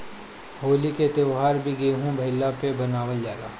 होली के त्यौहार भी गेंहू भईला पे मनावल जाला